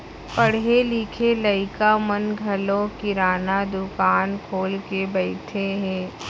पढ़े लिखे लइका मन घलौ किराना दुकान खोल के बइठे हें